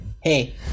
hey